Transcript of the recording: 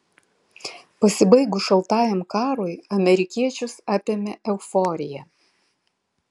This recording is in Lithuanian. pasibaigus šaltajam karui amerikiečius apėmė euforija